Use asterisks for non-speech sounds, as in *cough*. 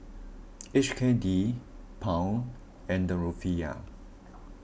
*noise* H K D Pound and Rufiyaa